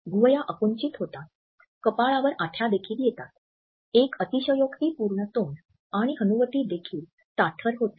भुवया आकुंचित होतात कपाळावर आठ्या देखील येतात एक अतिशयोक्तीपूर्ण तोंड आणि हनुवटी देखील ताठर होते